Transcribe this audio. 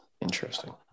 Interesting